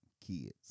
kids